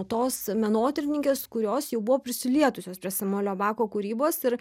tos menotyrininkės kurios jau buvo prisilietusios prie samuelio bako kūrybos ir